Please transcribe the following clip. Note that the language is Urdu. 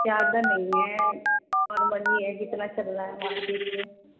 زیادہ نہیں ہے اور بس یہ ہے جتنا چل رہا ہے مارکیٹ میں